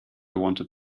wanted